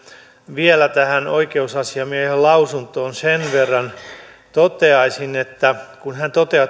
vielä tähän oikeusasiamiehen lausuntoon sen verran toteaisin että kun hän toteaa